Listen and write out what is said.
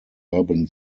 urban